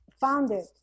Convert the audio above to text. founded